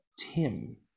tim